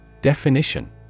Definition